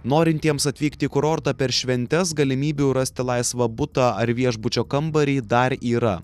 norintiems atvykti į kurortą per šventes galimybių rasti laisvą butą ar viešbučio kambarį dar yra